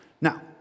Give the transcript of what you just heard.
Now